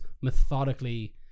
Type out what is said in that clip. methodically